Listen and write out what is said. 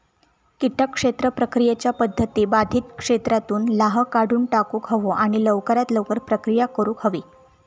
किटक क्षेत्र प्रक्रियेच्या पध्दती बाधित क्षेत्रातुन लाह काढुन टाकुक हवो आणि लवकरात लवकर प्रक्रिया करुक हवी